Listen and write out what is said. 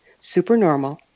Supernormal